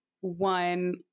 one